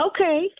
Okay